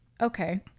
Okay